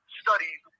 studies